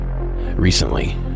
recently